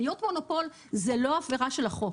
להיות מונופול זה לא עבירה של החוק,